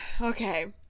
okay